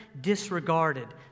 disregarded